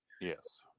Yes